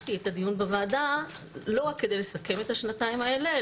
ביקשתי את הדיון בוועדה לא רק כדי לסכם את השנתיים האלה,